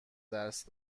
درس